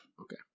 Okay